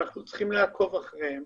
ולעקוב אחריהם.